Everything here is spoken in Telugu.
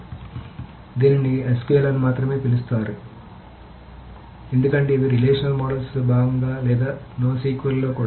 కాబట్టి దీనిని SQL అని మాత్రమే పిలుస్తారు ఎందుకంటే ఇవి ఈ రిలేషనల్ మోడల్స్లో భాగం లేదా NoSQL కూడా